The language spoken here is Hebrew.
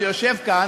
שיושב כאן,